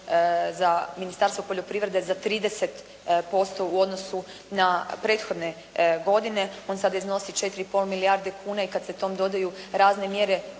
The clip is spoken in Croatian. za Ministarstvo poljoprivrede za 30% u odnosu na prethodne godine. On sada iznosi 4 i pol milijarde kuna i kad se tom dodaju razne mjere